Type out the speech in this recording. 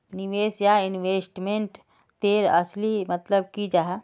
निवेश या इन्वेस्टमेंट तेर असली मतलब की जाहा?